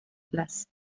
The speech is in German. plastik